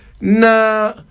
nah